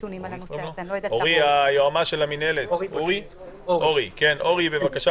אורי בוצמסקי, יועמ"ש מינהלת האכיפה, בבקשה.